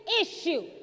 issue